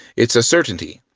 it's a certainty.